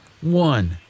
one